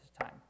time